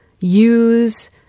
use